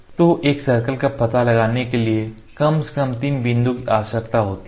तो एक सर्कल का पता लगाने के लिए कम से कम 3 बिंदुओं की आवश्यकता होती है